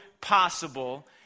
possible